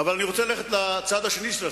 אבל אני חוזר לנושא החיסונים,